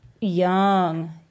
Young